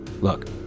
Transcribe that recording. Look